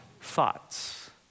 thoughts